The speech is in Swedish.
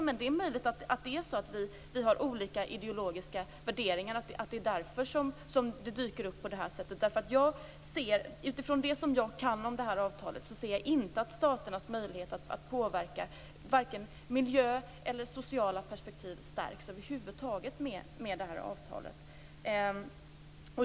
Men det är möjligt att vi har olika ideologiska värderingar och att det är därför som detta dyker upp på det här sättet. Utifrån det jag kan om avtalet ser jag inte att staternas möjlighet att påverka vare sig miljö eller sociala perspektiv över huvud taget stärks med avtalet.